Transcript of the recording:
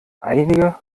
einige